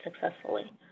successfully